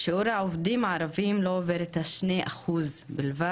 שיעור העובדים הערבים אינו עובר את ה- 2% בלבד,